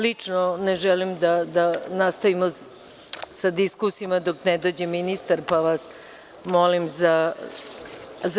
Lično ne želim da nastavimo sa diskusijama dok ne dođe ministar, pa vas molim za